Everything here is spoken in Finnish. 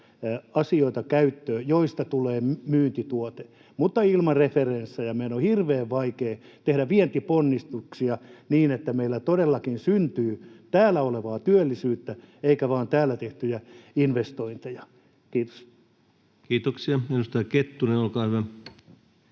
asioita käyttöön, joista tulee myyntituote. Ilman referenssejä meidän on hirveän vaikeaa tehdä vientiponnistuksia niin, että meillä todellakin syntyy täällä olevaa työllisyyttä eikä vain täällä tehtyjä investointeja. — Kiitos. Kiitoksia. — Edustaja Kettunen, olkaa hyvä.